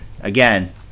again